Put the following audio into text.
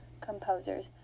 composers